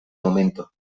momento